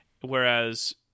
whereas